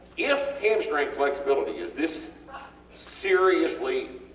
if hamstring flexibility is this seriously